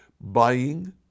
buying